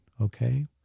Okay